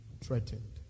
threatened